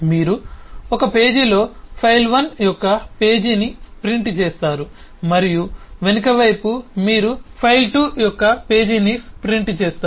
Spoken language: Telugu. మీరు ఒక పేజీలో ఫైల్ 1 యొక్క పేజీని ప్రింట్ చేస్తారు మరియు వెనుకవైపు మీరు ఫైల్ 2 యొక్క పేజీని ప్రింట్ చేస్తారు